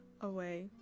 away